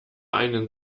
einen